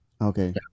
Okay